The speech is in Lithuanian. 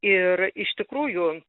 ir iš tikrųjų